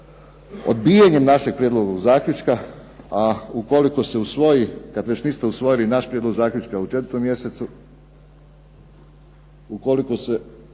odbijanjem našeg prijedloga zaključka, a ukoliko se usvoji, kad već niste usvojili naš prijedlog zaključka u 4. mjesecu, ukoliko se